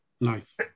Nice